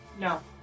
No